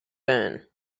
burn